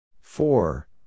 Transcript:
Four